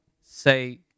say